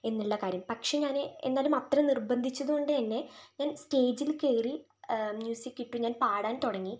എന്നുള്ള കാര്യം പക്ഷെ ഞാൻ എന്നാലും അത്രയും നിർബന്ധിച്ചത് കൊണ്ടുതന്നെ ഞാൻ സ്റ്റേജിൽ കയറി മ്യൂസിക്ക് ഇട്ടു പാടാൻ തുടങ്ങി